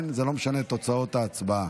זה לא משנה את תוצאות ההצבעה.